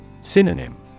Synonym